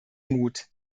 mut